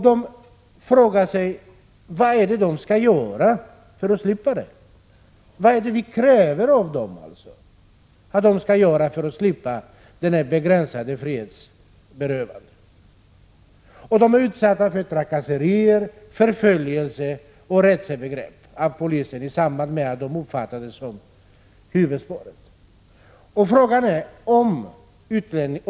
De frågar sig vad det är som krävs av dem för att de skall slippa detta begränsade frihetsberövande. De har varit utsatta för trakasserier, förföljelse och andra rättsövergrepp från polisens sida i samband med att de uppfattades som huvudspåret.